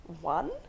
one